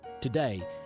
Today